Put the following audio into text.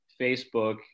Facebook